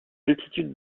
altitude